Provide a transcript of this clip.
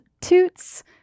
toots